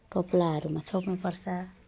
टोप्लाहरूमा छोप्नु पर्छ